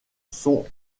sont